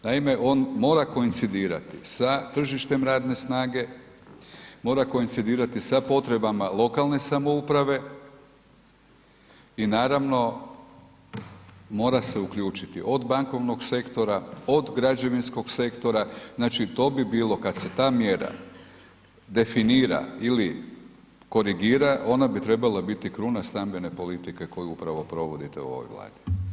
Naime, on mora koincidirati sa tržištem radne snage, mora koincidirati sa potrebama lokalne samouprave i naravno, mora se uključiti od bankovnog sektora, od građevinskog sektora, znači, to bi bilo kad se ta mjera definira ili korigira, ona bi trebala biti kruna stambene politike koju upravo provodite u ovoj Vladi.